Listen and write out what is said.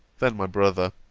then my brother.